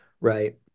right